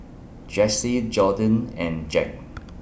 Jessee Jordyn and Jack